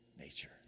nature